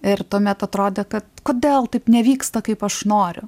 ir tuomet atrodė kad kodėl taip nevyksta kaip aš noriu